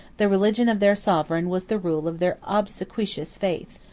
the religion of their sovereign was the rule of their obsequious faith.